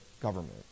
government